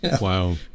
Wow